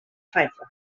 firefox